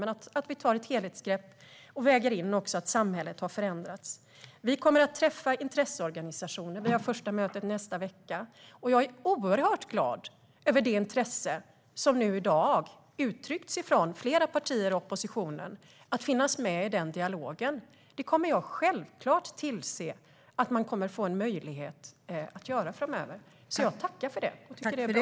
Det handlar om att ta ett helhetsgrepp och väga in att samhället har förändrats. Vi kommer att träffa intresseorganisationer; vi har första mötet nästa vecka. Jag är oerhört glad över det intresse för att finnas med i dialogen som i dag har uttryckts från flera partier i oppositionen. Jag kommer självklart att tillse att man får möjlighet att göra det framöver. Jag tackar alltså för det. Jag tycker att det är bra.